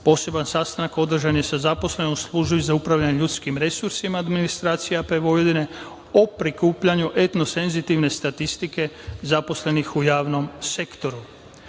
Poseban sastanak održan je sa zaposlenima u službi za upravljanje ljudskih resursima, administracija AP Vojvodine o prikupljanju etnosenzitivne statistike zaposlenih u javnom